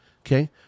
okay